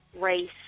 Race